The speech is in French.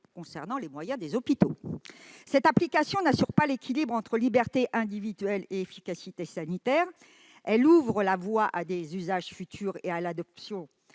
concernant les moyens des hôpitaux. Cette application n'assure pas l'équilibre entre liberté individuelle et efficacité sanitaire. Elle ouvre la voie à des usages futurs et à l'adoption